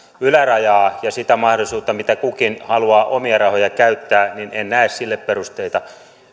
ylärajaa ja sitä mahdollisuutta miten kukin haluaa omia rahoja käyttää en näe perusteita